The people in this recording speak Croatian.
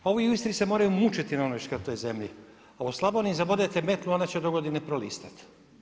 Ovi u Istri se moraju mučiti na onoj škrtoj zemlji, a u Slavoniji zabodete metlu, a ona će dogodine prolistat.